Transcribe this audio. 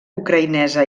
ucraïnesa